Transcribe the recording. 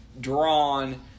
drawn